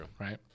right